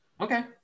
Okay